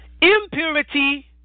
Impurity